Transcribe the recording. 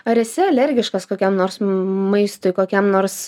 ar esi alergiškas kokiam nors maistui kokiam nors